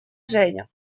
женя